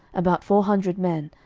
about four hundred men,